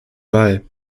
ball